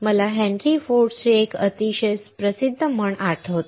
मला हेन्री फोर्डचे एक अतिशय प्रसिद्ध म्हण आठवते